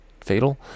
fatal